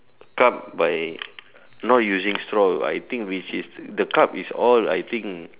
cup by not using straw I think which is the cup is all I think